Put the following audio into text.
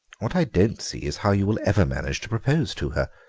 what i don't see is how you will ever manage to propose to her.